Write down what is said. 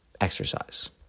exercise